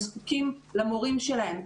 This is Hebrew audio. הם זקוקים למורים שלהם,